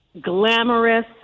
glamorous